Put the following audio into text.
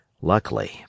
Luckily